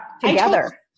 together